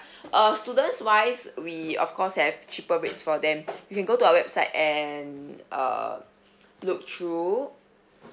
uh students wise we of course have cheaper rates for them you can go to our website and err look through